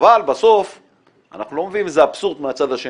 אבל בסוף אנחנו לא מביאים איזה אבסורד מהצד השני.